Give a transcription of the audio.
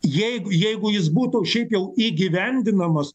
jeigu jeigu jis būtų šiaip jau įgyvendinamas